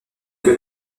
que